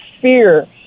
fear